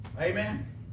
Amen